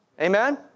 Amen